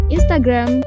Instagram